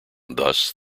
thus